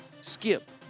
skip